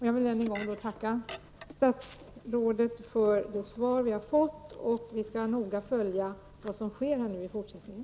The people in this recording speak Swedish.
Jag vill än en gång tacka statsrådet för det svar vi har fått. Vi skall noga följa vad som sker i fortsättningen.